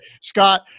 Scott